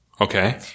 Okay